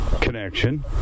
connection